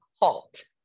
halt